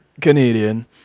Canadian